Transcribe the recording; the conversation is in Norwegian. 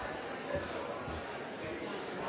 såpass